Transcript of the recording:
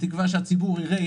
בתקווה שהציבור יראה,